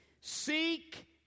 Seek